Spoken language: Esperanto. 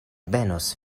benos